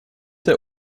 der